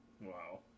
Wow